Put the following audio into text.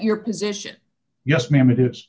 your position yes ma'am it is